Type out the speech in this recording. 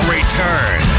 Return